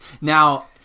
now